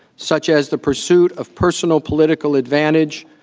such as the pursuit of personal political advantage,